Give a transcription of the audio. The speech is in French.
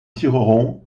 tirerons